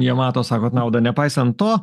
jie mato sakot naudą nepaisant to